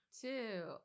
two